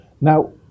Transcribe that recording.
Now